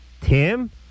Tim